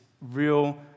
real